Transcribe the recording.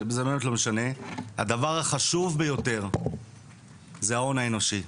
זה באמת לא משנה הדבר החשוב ביותר זה ההון האנושי,